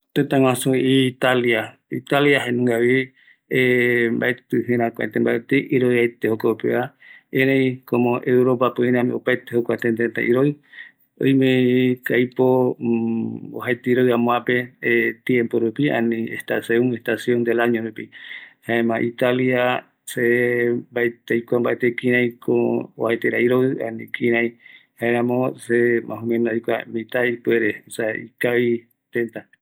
Italia jaevi kua tëtä guasu mbaetɨ jërakua mbate iroɨ ete rako kuarupi, ëreï jae tëtä guasu jëräkua yaeva, oïmeko aipo ouvi arakuvo supereta